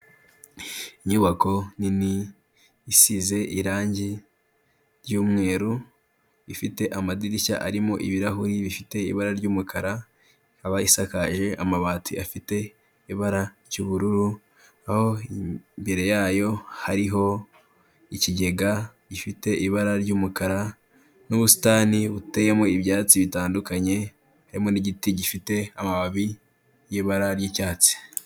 Inyubako nini isize irangi ry'umweru, ifite amadirishya arimo ibirahuri bifite ibara ry'umukara, ikaba isakaje amabati afite ibara ry'ubururu, aho imbere yayo hariho ikigega gifite ibara ry'umukara, n'ubusitani buteyemo ibyatsi bitandukanye, harimo n'igiti gifite, amababi y'ibara ry'icyatsi.